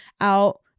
out